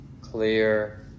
clear